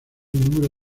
número